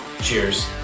Cheers